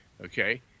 Okay